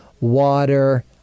water